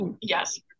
yes